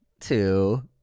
two